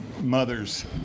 mother's